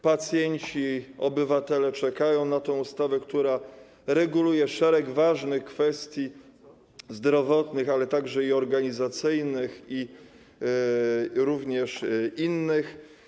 Pacjenci, obywatele czekają na tę ustawę, która reguluje szereg ważnych kwestii zdrowotnych, a także organizacyjnych i innych.